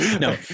No